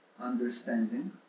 understanding